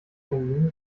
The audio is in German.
trinken